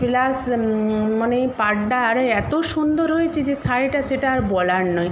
plus মানে পাড়টা আরে এত সুন্দর হয়েছে যে শাড়িটা সেটা আর বলার নয়